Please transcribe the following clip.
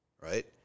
right